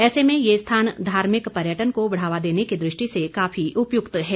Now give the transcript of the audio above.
ऐसे में ये स्थान धार्मिक पर्यटन को बढ़ावा देने की द्रष्टि से काफी उपयुक्त है